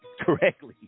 correctly